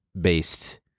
based